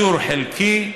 האישור חלקי,